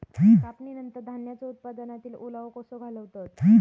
कापणीनंतर धान्यांचो उत्पादनातील ओलावो कसो घालवतत?